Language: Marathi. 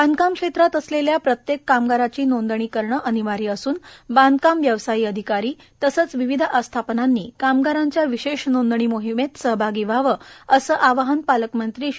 वांषकाम क्षेत्रात असलेल्या प्रत्येक कामगारांची नोदणी करणे अनिवार्य असून बांधकाम व्यवसायी अधिकारी तसंच विविध आस्थापनांनी कामगारांच्या विशेष नोंदणी मोहिमेत सहभागी व्हावं असं आवाहन पालकमंत्री श्री